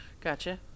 Gotcha